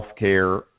healthcare